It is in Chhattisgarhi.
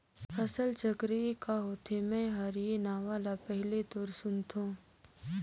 फसल चक्र ए क होथे? मै हर ए नांव ल पहिले तोर सुनथों